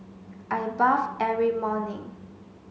I bath every morning